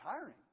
tiring